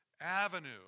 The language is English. avenue